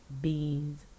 Beans